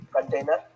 container